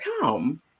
come